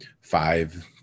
five